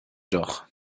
doch